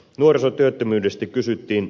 nuorisotyöttömyydestä kysyttiin